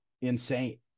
insane